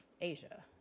Asia